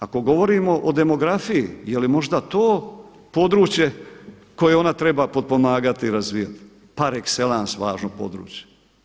Ako govorimo o demografiji jeli možda to područje koje ona treba potpomagati i razvijati, par excellence važno područje.